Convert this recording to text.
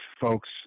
folks